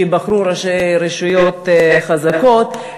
שייבחרו ראשי רשויות חזקים,